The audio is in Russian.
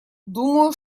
думаю